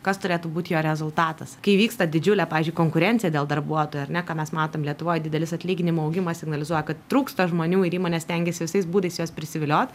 kas turėtų būt jo rezultatas kai vyksta didžiulė pavyzdžiui konkurencija dėl darbuotojų ar ne ką mes matom lietuvoj didelis atlyginimų augimas signalizuoja kad trūksta žmonių ir įmonės stengiasi visais būdais juos prisiviliot